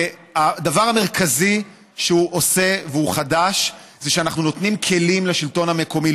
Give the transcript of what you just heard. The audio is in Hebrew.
הדבר המרכזי שהוא עושה והוא חדש זה שאנחנו נותנים כלים לשלטון המקומי,